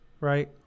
right